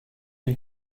une